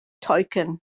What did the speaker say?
token